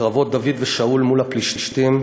בקרבות דוד ושאול מול הפלישתים,